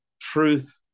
truth